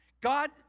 God